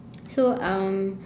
so um